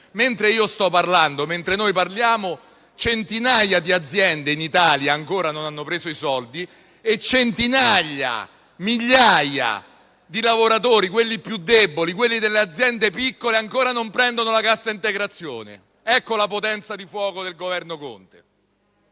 Mentre io sto parlando, mentre noi parliamo, centinaia di aziende in Italia ancora non hanno preso i soldi e centinaia, migliaia di lavoratori - quelli più deboli, quelli delle piccole aziende - ancora non prendono la cassa integrazione. Ecco la potenza di fuoco del Governo Conte.